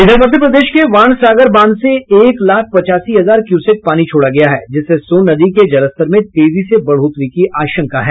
इधर मध्य प्रदेश के वाण सागर बांध से एक लाख पचासी हजार क्यूसेक पानी छोड़ा गया है जिससे सोन नदी के जलस्तर में तेजी से बढ़ोतरी की आशंका है